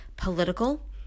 political